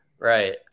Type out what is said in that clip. Right